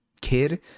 kid